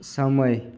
સમય